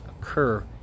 occur